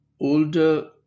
older